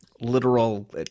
literal